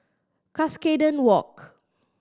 Cuscaden Walk